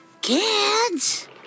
Kids